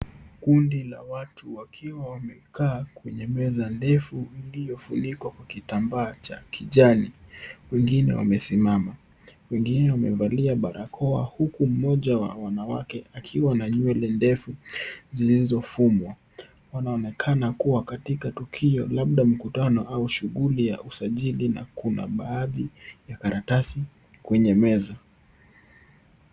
Kundi la watu wakiwa wamekaa kwenye meza ndefu iliyofunikwa kwa kitambaa cha kijani. Wengine wamesimama, wengine wamevalia barakoa huku mmoja wa wanawake akiwa na nywele ndefu zilizofumwa. Wanaonekana kuwa katika tukio, labda mkutano au shughuli ya usajili na kuna baadhi ya karatasi kwenye meza.